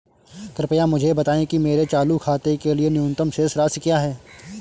कृपया मुझे बताएं कि मेरे चालू खाते के लिए न्यूनतम शेष राशि क्या है?